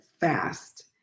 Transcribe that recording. fast